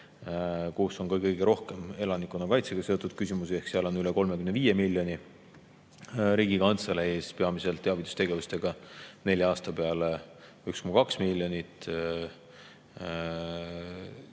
on ka kõige rohkem elanikkonnakaitsega seotud küsimusi, ehk seal on üle 35 miljoni, Riigikantseleile on peamiselt teavitustegevustega nelja aasta peale 1,2 miljonit,